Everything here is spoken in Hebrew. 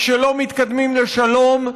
כשלא מתקדמים לשלום,